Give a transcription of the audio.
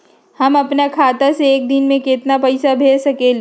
हम अपना खाता से एक दिन में केतना पैसा भेज सकेली?